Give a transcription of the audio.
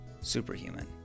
superhuman